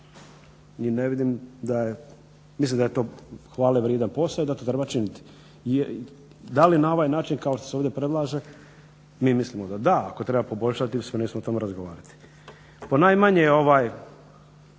i ne vidim da je, mislim da je to hvalevrijedan posao i da to treba činiti. Da li na ovaj način kao što se ovdje predlaže, mi mislimo da da. Ako treba poboljšati spremni smo o tom razgovarati. Ponajmanje ovaj